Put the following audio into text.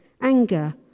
anger